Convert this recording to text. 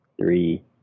three